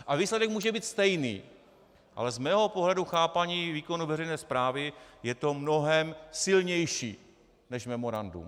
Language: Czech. A výsledek může být stejný, ale z mého pohledu chápání výkonu veřejné správy je to mnohem silnější než memorandum.